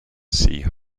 sea